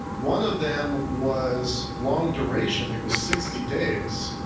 one of them was long duration. it was sixty days.